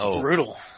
brutal